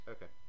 Okay